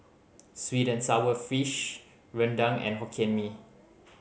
sweet and sour fish rendang and Hokkien Mee